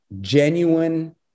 Genuine